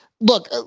look